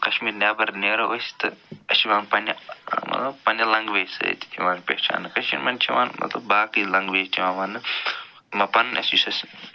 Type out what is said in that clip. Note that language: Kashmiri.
کشمیٖر نٮ۪بر نیرو أسۍ تہٕ اَسہِ چھِ یِوان پنٛنہِ مطلب پنٛنہِ لنٛگویجہِ سۭتۍ یِوان پہچانہٕ کٔشیٖرِ منٛز چھِ یِوان مطلب باقٕے لنٛگویج چھِ یِوان ونٛنہٕ پنُن اَسہِ یُس اَسہِ